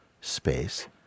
space